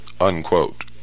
unquote